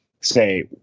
say